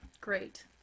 Great